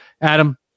Adam